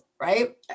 right